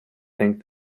think